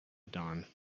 dawn